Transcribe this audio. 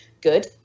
good